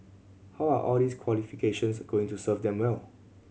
how are all these qualifications going to serve him well